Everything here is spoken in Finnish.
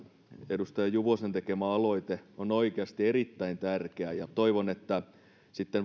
edustaja juvosen tekemä aloite on oikeasti erittäin tärkeä ja toivon että valiokuntatyössä sitten